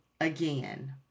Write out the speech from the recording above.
again